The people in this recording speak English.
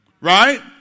right